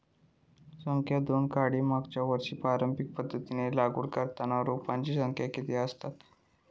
संख्या दोन काडी मागचो वर्षी पारंपरिक पध्दतीत लागवड करताना रोपांची संख्या किती आसतत?